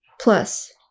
Plus